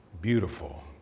beautiful